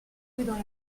dans